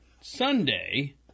Sunday